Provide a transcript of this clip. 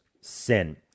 sin